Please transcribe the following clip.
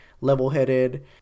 level-headed